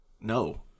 No